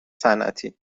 صنعتی